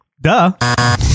Duh